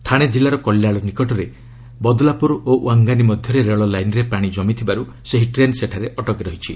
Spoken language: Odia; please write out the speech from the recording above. ଥାଶେ ଜିଲ୍ଲାର କଲ୍ୟାଣ ନିକଟରେ ବଦଲାପୁର ଓ ୱାଙ୍ଗାନୀ ମଧ୍ୟରେ ରେଳ ଲାଇନ୍ରେ ପାଣି ଜମି ଥିବାରୁ ସେହି ଟ୍ରେନ୍ ସେଠାରେ ଅଟକି ରହିଛି